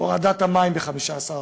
הורדת מחיר המים ב-15%,